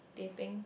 teh peng